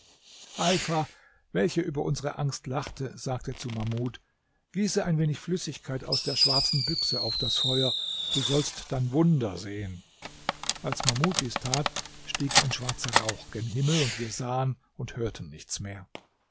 heifa welche über unsere angst lachte sagte zu mahmud gieße ein wenig flüssigkeit aus der schwarzen büchse auf das feuer du sollst dann wunder sehen als mahmud dies tat stieg ein schwarzer rauch gen himmel wir sahen und hörten nichts mehr